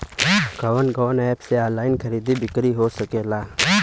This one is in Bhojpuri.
कवन कवन एप से ऑनलाइन खरीद बिक्री हो सकेला?